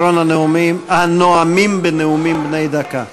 אחרון הנואמים בנאומים בני דקה.